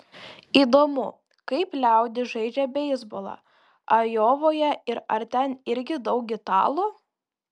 įdomu kaip liaudis žaidžia beisbolą ajovoje ir ar ten irgi daug italų